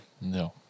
no